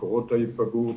מקורות ההיפגעות,